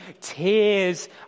tears